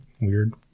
weird